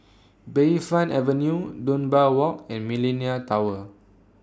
Bayfront Avenue Dunbar Walk and Millenia Tower